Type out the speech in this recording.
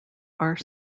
are